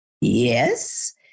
yes